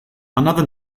another